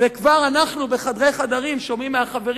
וכבר אנחנו בחדרי חדרים שומעים מחברים